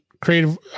creative –